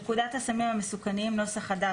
תיקון פקודת הסמים המסוכנים 8. בפקודת הסמים המסוכנים ,